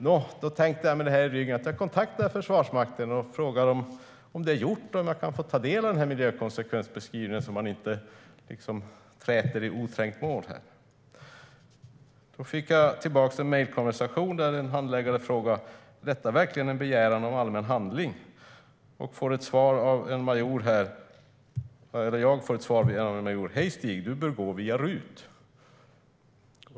Nå, då tänkte jag att jag skulle kontakta Försvarsmakten för att fråga om detta är gjort och om jag kan få ta del av miljökonsekvensbeskrivningen, så att jag inte träter i oträngt mål här. Jag fick då tillbaka en mejlkonversation där en handläggare frågade om det verkligen var en begäran om en allmän handling, varpå jag fick svar från en major som skrev: Hej Stig, du bör gå via RUT!